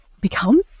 become